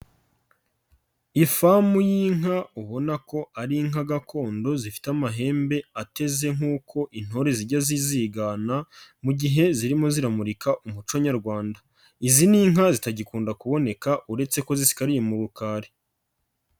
Ifamu y'inka ubona ko ari inka gakondo zifite amahembe ateze nk'uko intore zijya zizigana, mu gihe zirimo ziramurika umuco nyarwanda. Izi ni inka zitagikunda kuboneka, uretse ko zisigariye mu rukari.